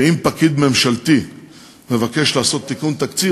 שאם פקיד ממשלתי מבקש לעשות תיקון תקציב,